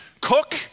cook